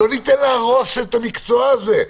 לא ניתן להרוס את המקצוע הזה,